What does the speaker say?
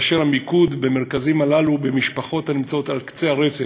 והמיקוד במרכזים הללו הוא במשפחות הנמצאות על קצה הרצף,